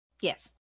Yes